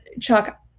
chuck